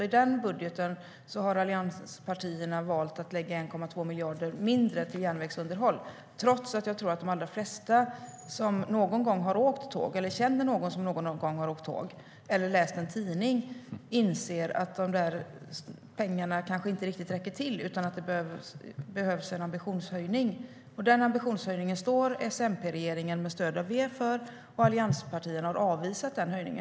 I den budgeten har allianspartierna valt att lägga 1,2 miljarder mindre på järnvägsunderhåll, trots att jag tror att de allra flesta som någon gång har åkt tåg, känner någon som någon gång har åkt tåg eller har läst en tidning inser att de pengarna kanske inte riktigt räcker till, utan det behövs en ambitionshöjning. Den ambitionshöjningen står S-MP-regeringen med stöd av V för, medan allianspartierna har avvisat den höjningen.